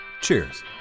Cheers